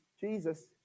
Jesus